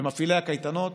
ומפעילי הקייטנות